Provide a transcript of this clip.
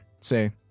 say